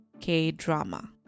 K-drama